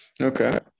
Okay